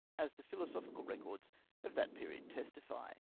as the philosophical records of that period testify.